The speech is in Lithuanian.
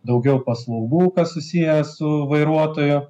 daugiau paslaugų kas susiję su vairuotojo